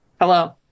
hello